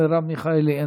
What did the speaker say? מרב מיכאלי,